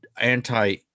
anti